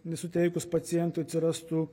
nesuteikus pacientui atsirastų